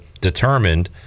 determined